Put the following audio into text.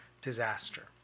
disaster